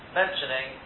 mentioning